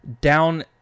down